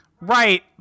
Right